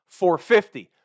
450